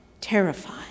terrified